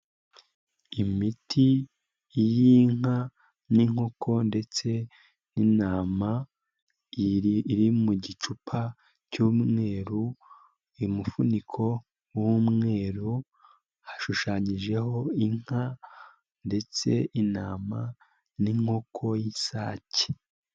Imiti y'inka n'inkoko ndetse n'intama, iri mu gicupa cy'umweru uyu mufuniko w'umweru hashushanyijeho inka ndetse intama n'inkoko y'isake.